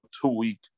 two-week